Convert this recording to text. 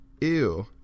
Ew